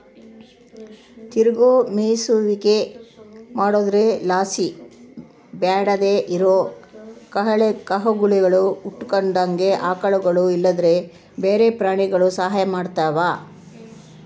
ತಿರುಗೋ ಮೇಯಿಸುವಿಕೆ ಮಾಡೊದ್ರುಲಾಸಿ ಬ್ಯಾಡದೇ ಇರೋ ಕಳೆಗುಳು ಹುಟ್ಟುದಂಗ ಆಕಳುಗುಳು ಇಲ್ಲಂದ್ರ ಬ್ಯಾರೆ ಪ್ರಾಣಿಗುಳು ಸಹಾಯ ಮಾಡ್ತವ